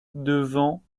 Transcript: devant